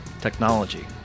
technology